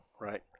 right